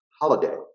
holiday